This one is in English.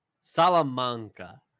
Salamanca